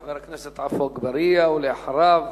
חבר הכנסת עפו אגבאריה, ואחריו,